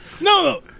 no